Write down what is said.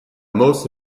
most